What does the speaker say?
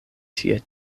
tie